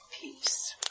peace